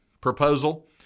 proposal